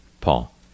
Paul